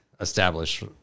establish